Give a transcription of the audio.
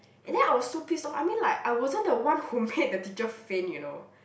and then I was so pissed orh I mean like I wasn't the one who made the teacher faint you know